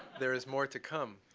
there is more to come.